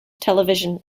television